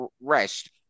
rest